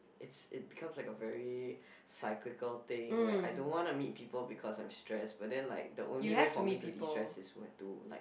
it's it become like a very cyclical thing where I don't want to meet people because I'm stress but then like the only way for me to destress is when to like